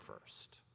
first